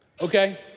okay